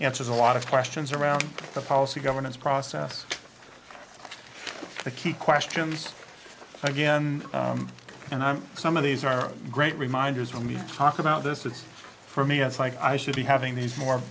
answers a lot of questions around the policy governance process the key questions again and i'm some of these are great reminders for me to talk about this it's for me it's like i should be having these more